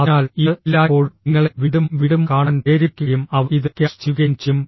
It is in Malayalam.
അതിനാൽ ഇത് എല്ലായ്പ്പോഴും നിങ്ങളെ വീണ്ടും വീണ്ടും കാണാൻ പ്രേരിപ്പിക്കുകയും അവർ ഇത് ക്യാഷ് ചെയ്യുകയും ചെയ്യും